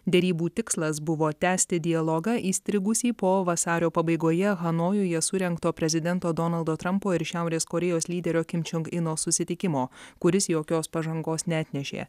derybų tikslas buvo tęsti dialogą įstrigusį po vasario pabaigoje hanojuje surengto prezidento donaldo trampo ir šiaurės korėjos lyderio kim čong ino susitikimo kuris jokios pažangos neatnešė